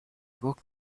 двух